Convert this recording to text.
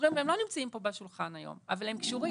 שקשורים והם לא נמצאים פה בשולחן היום אבל הם קשורים,